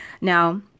Now